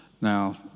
Now